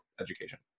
education